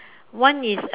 one is